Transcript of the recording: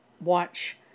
watch